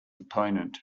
opponent